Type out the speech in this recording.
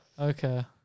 Okay